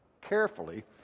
carefully